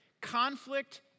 Conflict